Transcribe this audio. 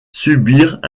subirent